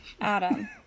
Adam